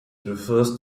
refers